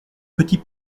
petit